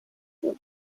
your